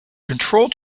control